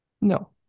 No